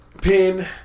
Pin